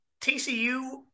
TCU